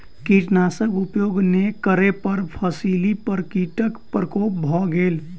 कीटनाशक उपयोग नै करै पर फसिली पर कीटक प्रकोप भ गेल